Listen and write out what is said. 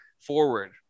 forward